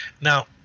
Now